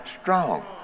strong